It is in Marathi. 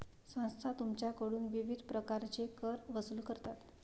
संस्था तुमच्याकडून विविध प्रकारचे कर वसूल करतात